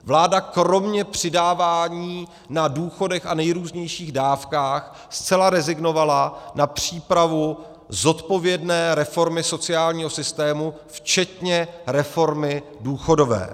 Vláda kromě přidávání na důchodech a nejrůznějších dávkách zcela rezignovala na přípravu zodpovědné reformy sociálního systému včetně reformy důchodové.